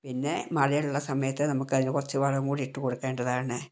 പിന്നെ മഴയുള്ള സമയത്ത് നമുക്ക് അതിന് കുറച്ച് വളം കൂടി ഇട്ടു കൊടുക്കേണ്ടതാണ്